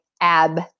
ab